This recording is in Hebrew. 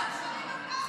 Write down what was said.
נגד משפחות חד-הוריות,